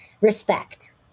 respect